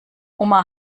oma